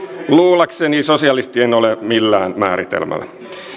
luullakseni sosialisti en ole millään määritelmällä